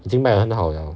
已经卖的很好了